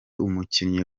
umukinnyi